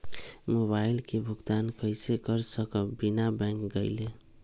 Mobile के भुगतान कईसे कर सकब बिना बैंक गईले?